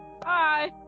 Bye